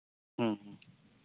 ᱦᱮᱸ ᱦᱮᱸ